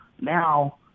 Now